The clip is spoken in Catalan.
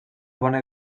bona